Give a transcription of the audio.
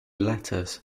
letters